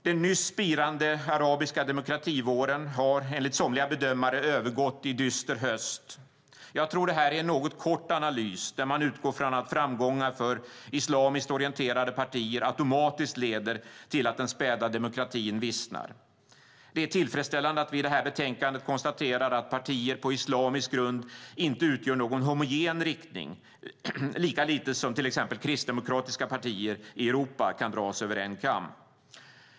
Den nyss spirande arabiska demokrativåren har enligt somliga bedömare övergått i dyster höst. Jag tror det här är en något kort analys där man utgår från att framgångar för islamiskt orienterade partier automatiskt leder till att den späda demokratin vissnar. Det är tillfredsställande att vi i det här betänkandet konstaterar att partier med islamisk grund inte utgör någon homogen riktning, lika lite som till exempel kristdemokratiska partier i Europa kan dras över en kam.